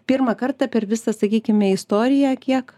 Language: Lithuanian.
pirmą kartą per visą sakykime istoriją kiek